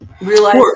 realize